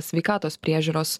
sveikatos priežiūros